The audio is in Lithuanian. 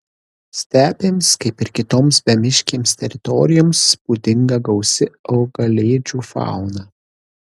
stepėms kaip ir kitoms bemiškėms teritorijoms būdinga gausi augalėdžių fauna